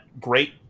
great